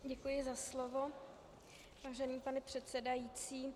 Děkuji za slovo, vážený pane předsedající.